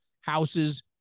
houses